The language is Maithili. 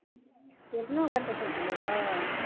अपनो बच्चा सबके लेबै